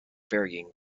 varying